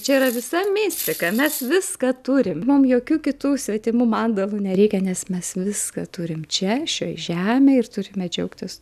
čia yra visa mistika mes viską turim mum jokių kitų svetimų mandalų nereikia nes mes viską turim čia šioj žemėj ir turime džiaugtis